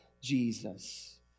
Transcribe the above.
Jesus